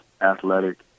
athletic